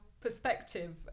perspective